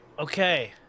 Okay